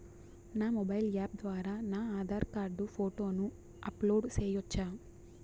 నా mobile app ద్వారా నా ఆధార్ కార్డు ఫోటోను అప్లోడ్ సేయొచ్చా?